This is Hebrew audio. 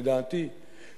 לדעתי,